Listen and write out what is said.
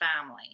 family